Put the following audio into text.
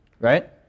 Right